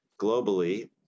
globally